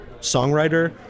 songwriter